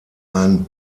ein